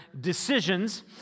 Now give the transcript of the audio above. decisions